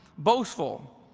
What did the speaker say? boastful,